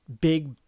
big